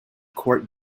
court